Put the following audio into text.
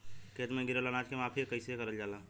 खेत में गिरल अनाज के माफ़ी कईसे करल जाला?